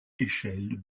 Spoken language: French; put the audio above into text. échelle